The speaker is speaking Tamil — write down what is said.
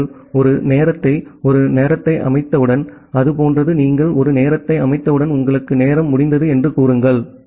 ஆகவே நீங்கள் ஒரு நேரத்தை ஒரு நேரத்தை அமைத்தவுடன் அதுபோன்றது நீங்கள் ஒரு நேரத்தை அமைத்தவுடன் உங்களுக்கு நேரம் முடிந்தது என்று கூறுங்கள்